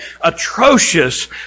atrocious